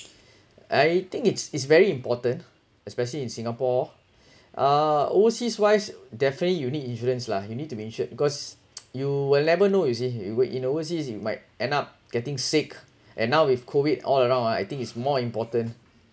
I think it's it's very important especially in singapore uh overseas wise definitely you need insurance lah you need to be insured because you will never know you see you were in overseas you might end up getting sick and now with COVIT all around lah I think it's more important